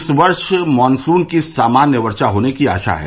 इस वर्ष मॉनसून की सामान्य वर्षा होने की आशा है